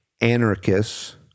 anarchists